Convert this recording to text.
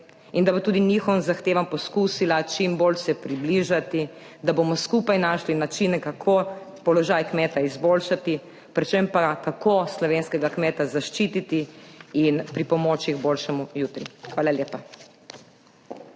in da bo tudi njihovim zahtevam poskusila čim bolj se približati, da bomo skupaj našli načine, kako položaj kmeta izboljšati, predvsem pa, kako slovenskega kmeta zaščititi in pripomoči k boljšemu jutri. Hvala lepa.